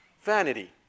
vanity